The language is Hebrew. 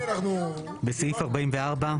בסעיף 44,